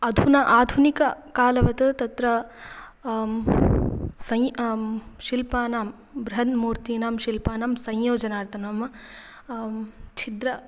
अधुना आधुनिककालवत् तत्र सै शिल्पानां बृहन्मूर्तीनां शिल्पानां संयोजनार्थं नाम छिद्रम्